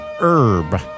herb